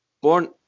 born